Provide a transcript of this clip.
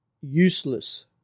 useless